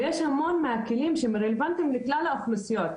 ויש המון מהכלים שהם רלוונטיים לכלל האוכלוסיות,